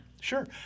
sure